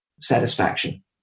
satisfaction